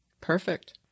Perfect